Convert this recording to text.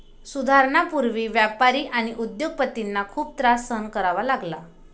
सुधारणांपूर्वी व्यापारी आणि उद्योग पतींना खूप त्रास सहन करावा लागला